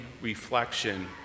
reflection